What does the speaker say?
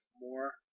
more